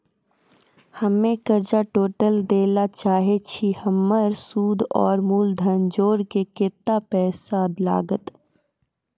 हम्मे कर्जा टोटल दे ला चाहे छी हमर सुद और मूलधन जोर के केतना पैसा लागत?